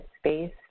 space